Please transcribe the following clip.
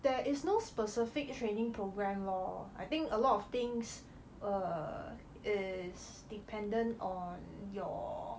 there is no specific training programme lor I think a lot of things err is dependent on your